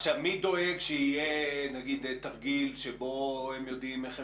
מי דואג שיהיה תרגיל שבו הם יודעים איך הם